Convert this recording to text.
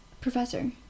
professor